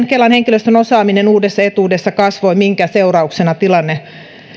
kelan henkilöstön osaaminen uudesta etuudesta kasvoi minkä seurauksena tilanne